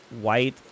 white